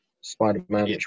Spider-Man